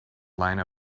line